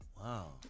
Wow